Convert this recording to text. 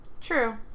True